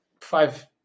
five